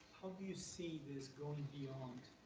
how do you see this going beyond,